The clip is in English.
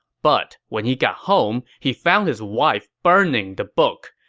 but when he got home, he found his wife burning the book.